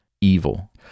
evil